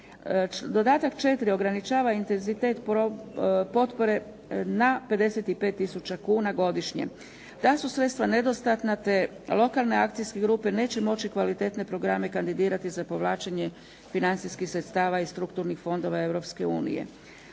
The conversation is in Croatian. Dodatak 4. ograničava intevizitet potpore na 55 tisuća kuna godišnje. Ta su sredstva nedostatna te lokalne akcijske grupe neće moći kvalitetne programe kandidirati za povlačenje financijskih sredstava i strukturnih fondova